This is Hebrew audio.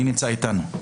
מי נמצא איתנו?